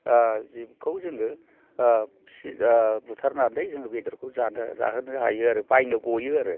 जिबखौ जोङो बुथारनानै जोङो बेदरखौ जानो जाहोनो हायो आरो बायनो गयो आरो